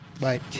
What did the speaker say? Bye